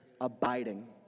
abiding